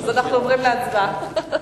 אנחנו עוברים להצבעה.